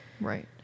right